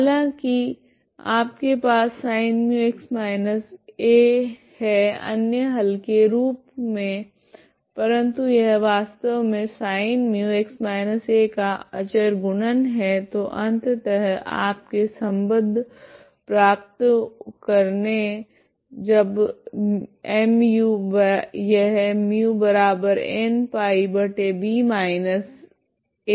हालांकि आपके पास sin μx−a है अन्य हल के रूप मे परंतु यह वास्तव मे sin μx−a का अचर गुणन है तो अंततः आप के सम्बद्ध प्राप्त करेगे जब Mu यहμnπb−a r n123 है